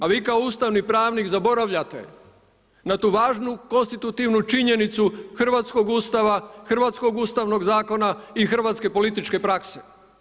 A vi kao ustavni pravnik zaboravljate na tu važnu konstitutivnu činjenicu hrvatskog Ustava, hrvatskog Ustavnog zakona i hrvatske političke prakse.